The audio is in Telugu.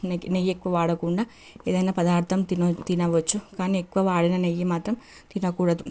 నెయ్యి ఎక్కువ వాడకుండా ఏదైనా పదార్థం తిన తినవచ్చు కానీ ఎక్కువ వాడిన నెయ్యి మాత్రం తినకూడదు